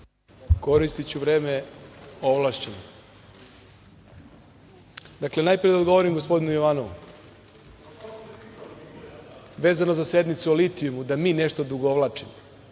Da. Koristiću vreme ovlašćenog. Najpre da odgovorim gospodinu Jovanovu vezano za sednicu o litijumu da mi nešto odugovlačimo.